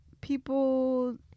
people